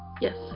yes